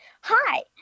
Hi